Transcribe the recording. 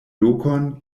lokon